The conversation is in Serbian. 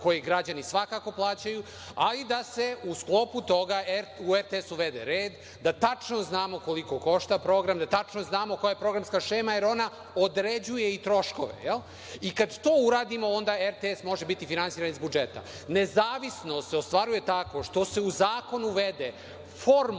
koje građani svakako plaćaju, ali da se u sklopu toga u RTS uvede red, da tačno znamo koliko košta program, da tačno znamo koja je programska šema, jer ona određuje i troškove. I, kad to uradimo onda RTS može biti finansiran iz budžeta. Nezavisnost se ostvaruje tako što se u zakon uvede formula